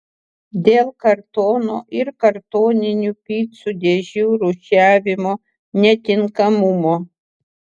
dėl kartono ir kartoninių picų dėžių rūšiavimo netinkamumo